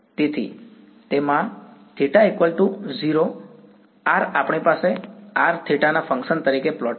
તેથી માં θ 0 r આપણી પાસે r θ ના ફંક્શન તરીકે પ્લોટિંગ છે